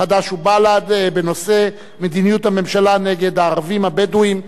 חד"ש ובל"ד בנושא: מדיניות הממשלה נגד הערבים הבדואים בנגב.